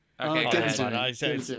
okay